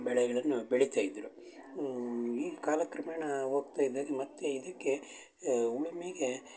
ಬೆಳೆಗಳನ್ನು ಬೆಳಿತಾ ಇದ್ದರು ಈಗ ಕಾಲಕ್ರಮೇಣಾ ಹೋಗ್ತ ಇದ್ದಾಗೆ ಮತ್ತು ಇದಕ್ಕೆ ಉಳುಮೆಗೆ